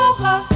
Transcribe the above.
Over